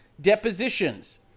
depositions